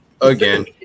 again